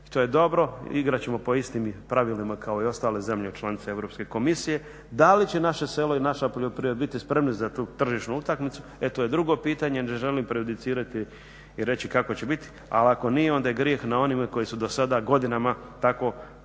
to je dobro. Igrat ćemo po istim pravilima kao i ostale zemlje članice Europske komisije. Da li će naše selo i naša poljoprivreda biti spremni za tu tržišnu utakmicu e to je drugo pitanje, ne želim prejudicirati i reći kako će biti. Ali ako nije onda je grijeh na onima koji su do sada godinama tako